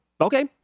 okay